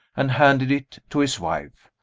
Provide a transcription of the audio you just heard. and handed it to his wife.